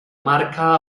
marca